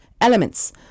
elements